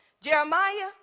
Jeremiah